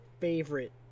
favorite